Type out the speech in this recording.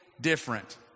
different